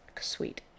Sweet